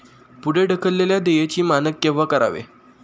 पुढे ढकललेल्या देयचे मानक केव्हा करावे?